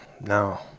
no